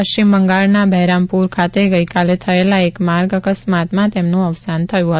પશ્ચિમ બંગાળના બહેરામપૂર ખાતે ગઈકાલે થયેલા એક માર્ગ અકસ્માતમાં તેનું અવસાન થયું હતું